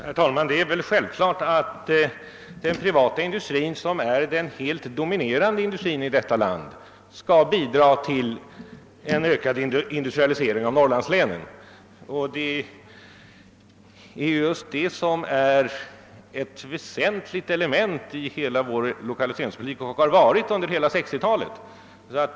Herr talman! Det är självklart att den privata industrin, som är den helt dominerande industrin i detta land, skall bidraga till en ökad industrialisering av Norrlandslänen. Just detta är ett väsentligt element i hela vår lokaliseringspolitik och har varit det under hela 1960-talet.